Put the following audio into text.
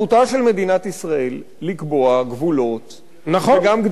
זכותה של מדינת ישראל לקבוע גבולות, נכון.